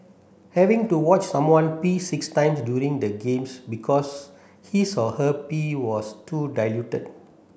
having to watch someone pee six times during the games because his or her pee was too diluted